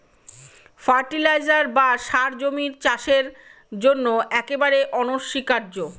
fertiliser বা সার জমির চাষের জন্য একেবারে অনস্বীকার্য